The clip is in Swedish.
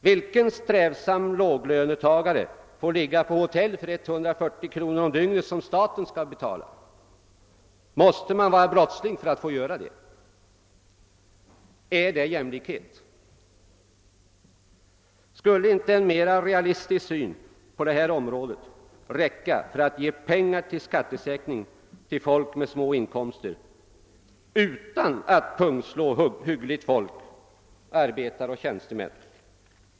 Vilken strävsam låglönetagare får ligga på hotell för 140 kronor om dygnet på statens bekostnad? Måste man vara brottsling för att få göra det? Är det jämlikhet? Skulle inte en mer realistisk syn på detta område räcka för att ge pengar till en skattesänkning för folk med små inkomster utan att pungslå hyggligt folk, arbetare och tjänstemän?